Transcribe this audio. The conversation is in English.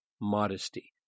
modesty